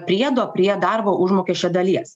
priedo prie darbo užmokesčio dalies